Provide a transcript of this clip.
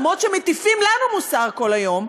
אף שמטיפים לנו מוסר כל היום,